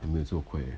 还没有这么快 eh